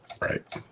Right